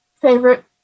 favorite